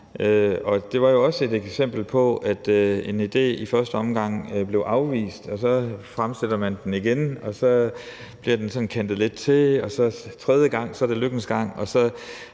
er jo også et eksempel på, at en idé i første omgang blev afvist, og så fremsætter man den igen, og så bliver den sådan kantet lidt til, og tredje gang er så lykkens gang,